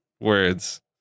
words